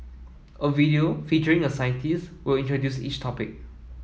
a video featuring a scientist will introduce each topic